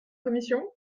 commission